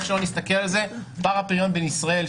איך שלא נסתכל על זה פער הפריון בין ישראל,